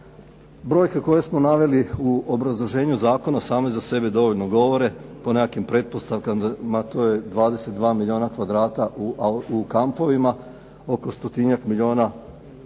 Brojke koje smo naveli u obrazloženju zakona same za sebe dovoljno govore po nekakvim pretpostavkama, to je 22 milijuna kvadrata u kampovima, oko stotinjak milijuna kvadrata